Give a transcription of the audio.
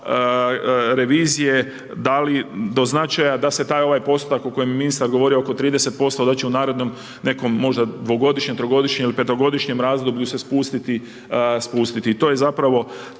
revizije dali do značaja da se taj ovaj postotak o kojem je ministar govorio oko 30% da će u narednom možda nekom dvogodišnjem, trogodišnjem ili petogodišnjem razdoblju se spustiti. I to je zapravo